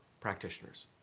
practitioners